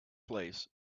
place